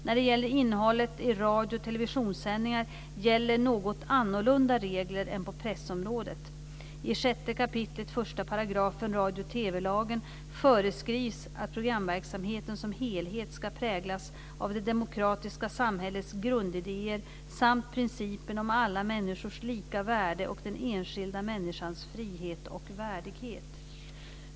När det gäller innehållet i radio och televisionssändningar gäller något annorlunda regler än på pressområdet. I 6 kap. 1 § radio och TV-lagen föreskrivs att programverksamheten som helhet ska präglas av det demokratiska samhällets grundidéer samt principen om alla människors lika värde och den enskilda människans frihet och värdighet.